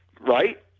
right